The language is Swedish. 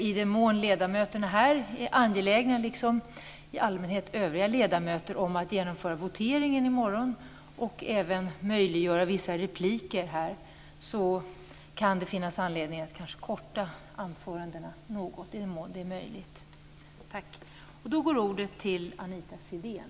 I den mån ledamöterna här liksom de övriga ledamöterna i allmänhet är angelägna om att genomföra voteringen i morgon och även för att ge tid för vissa repliker här kan det kanske finnas anledning att, i den mån det är möjligt, korta ned anförandena något.